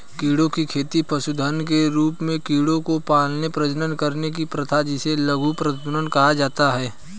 कीड़ों की खेती पशुधन के रूप में कीड़ों को पालने, प्रजनन करने की प्रथा जिसे लघु पशुधन कहा जाता है